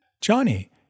Johnny